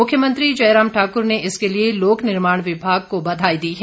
मुख्यमंत्री जयराम ठाकुर ने इसके लिए लोक निर्माण विभाग को बधाई दी है